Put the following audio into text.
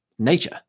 Nature